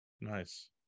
Nice